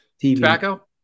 Tobacco